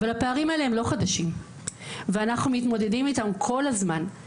אבל הפערים האלה הם לא חדשים ואנחנו מתמודדים איתם כל הזמן.